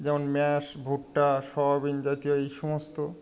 যেমন ম্যাশ ভুট্টা সোয়াবিন জাতীয় এই সমস্ত